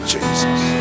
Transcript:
Jesus